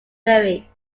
theory